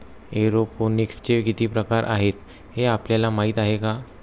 एरोपोनिक्सचे किती प्रकार आहेत, हे आपल्याला माहित आहे का?